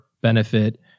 benefit